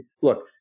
look